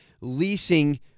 leasing